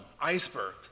Iceberg